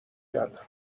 کردم